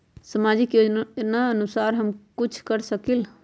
सामाजिक योजनानुसार हम कुछ कर सकील?